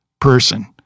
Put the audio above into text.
person